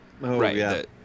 Right